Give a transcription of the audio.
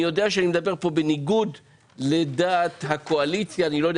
אני יודע שאני מדבר פה בניגוד לדעת הקואליציה; אני לא יודע